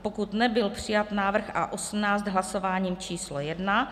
pokud nebyl přijat návrh A18 hlasováním č. jedna